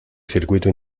circuito